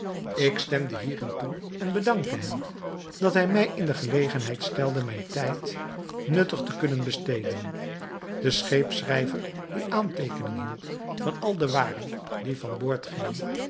ik stemde hierin toe en bedankte hem dat hij mij in de gelegenheid stelde mijn tijd nuttig te kunnen besteden de scheepsschrijver die aanteekening hield van al de waren die van boord gingen